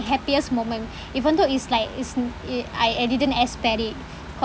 happiest moment even though it's like it's n~ i~ I didn't expect it cause